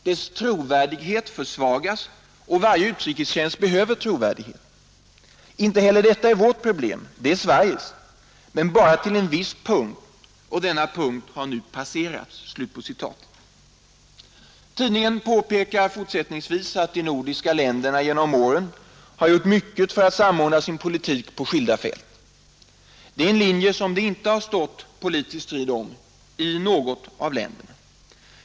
Dess trovärdighet försvagas, och varje utrikestjänst behöver trovärdighet. Inte heller detta är vårt problem — det är Sveriges. Men bara till en viss punkt, och denna punkt har nu passerats. Tidningen påpekar fortsättningsvis att de nordiska länderna genom åren har gjort mycket för att samordna sin politik på skilda fält. Det är en linje som det inte stått politisk strid om i något av länderna.